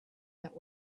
that